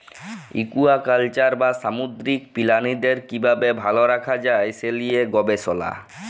aquaculture বা সামুদ্দিরিক পিরালিদের কিভাবে ভাল রাখা যায় সে লিয়ে গবেসলা